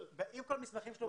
אם כל המסמכים שלו נכונים.